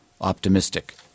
optimistic